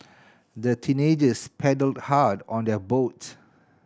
the teenagers paddled hard on their boat